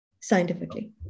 scientifically